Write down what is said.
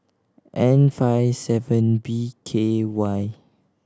N five seven B K Y